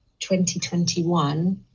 2021